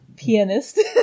Pianist